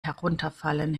herunterfallen